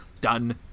done